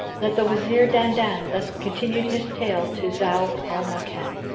that the wazir dandan thus continued his tale to zau al-makan